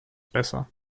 besser